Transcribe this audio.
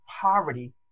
poverty